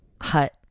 hut